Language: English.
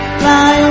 fly